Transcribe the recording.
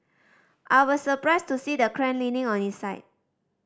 I was surprised to see the crane leaning on its side